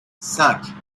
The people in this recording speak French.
cinq